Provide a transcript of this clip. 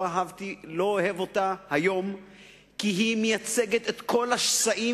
לא אוהב אותה היום כי היא מייצגת את כל השסעים,